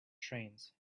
trains